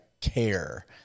care